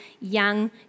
young